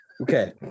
Okay